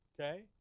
Okay